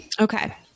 Okay